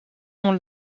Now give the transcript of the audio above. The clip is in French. ont